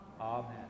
Amen